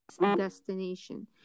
destination